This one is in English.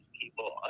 people